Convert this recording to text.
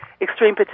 extreme